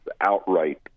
outright